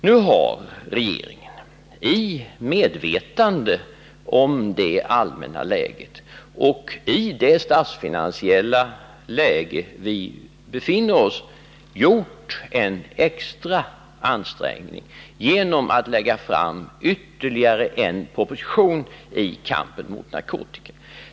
Nu har regeringen i medvetande om det allmänna läget och i det statsfinansiella läge som vi befinner oss i gjort en extra ansträngning genom att lägga fram ytterligare en proposition i kampen mot narkotikan.